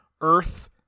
Earth